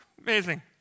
amazing